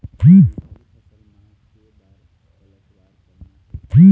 मूंगफली फसल म के बार पलटवार करना हे?